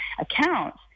accounts